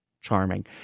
charming